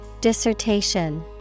Dissertation